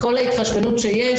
כל ההתחשבנות שיש,